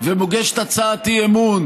ומוגשת הצעת אי-אמון,